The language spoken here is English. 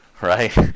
right